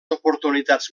oportunitats